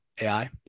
AI